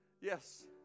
Yes